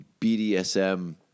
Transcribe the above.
BDSM